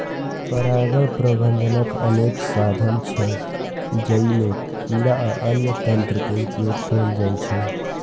परागण प्रबंधनक अनेक साधन छै, जइमे कीड़ा आ अन्य तंत्र के उपयोग कैल जाइ छै